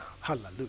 Hallelujah